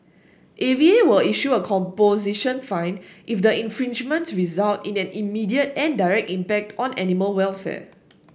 A V A will issue a composition fine if the infringements result in an immediate and direct impact on animal welfare